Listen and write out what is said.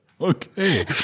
Okay